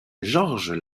georges